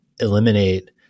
eliminate